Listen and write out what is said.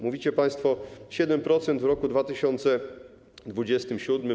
Mówicie państwo: 7% w roku 2027.